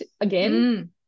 again